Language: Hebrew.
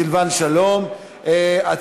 התשע"ה 2015,